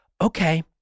okay